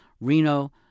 Reno